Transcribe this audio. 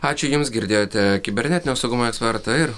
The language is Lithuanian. ačiū jums girdėjote kibernetinio saugumo ekspertą ir